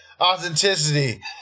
Authenticity